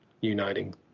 uniting